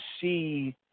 see